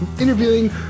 interviewing